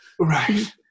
Right